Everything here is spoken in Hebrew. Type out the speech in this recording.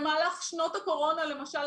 למשל במהלך שנות הקורונה.